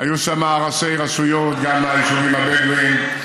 היו שם ראשי רשויות גם מהיישובים הבדואיים,